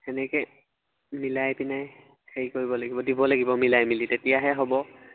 সেনেকে মিলাই পিনাই হেৰি কৰিব লাগিব দিব লাগিব মিলাই মিলি তেতিয়াহে হ'ব